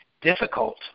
difficult